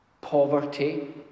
poverty